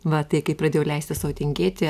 va tai kai pradėjau leisti sau tingėti